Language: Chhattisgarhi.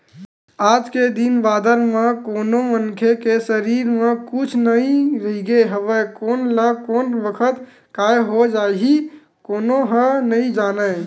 आज के दिन बादर म कोनो मनखे के सरीर म कुछु नइ रहिगे हवय कोन ल कोन बखत काय हो जाही कोनो ह नइ जानय